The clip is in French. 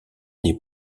des